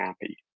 happy